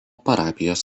parapijos